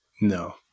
No